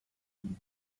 see